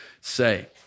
say